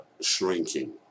shrinking